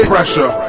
pressure